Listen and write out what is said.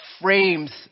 frames